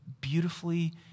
beautifully